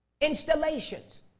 installations